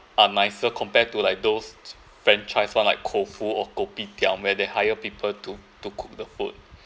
are nicer compared to like those franchise one like koufu or kopitiam where they hire people to to cook the food